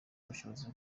ubushobozi